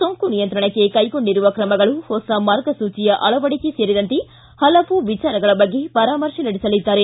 ಸೋಂಕು ನಿಯಂತ್ರಣಕ್ಕೆ ಕೈಗೊಂಡಿರುವ ಕ್ರಮಗಳು ಹೊಸ ಮಾರ್ಗಸೂಚಿಯ ಅಳವಡಿಕೆ ಸೇರಿದಂತೆ ಹಲವು ವಿಚಾರಗಳ ಬಗ್ಗೆ ಪರಾಮರ್ಶೆ ನಡೆಸಲಿದ್ದಾರೆ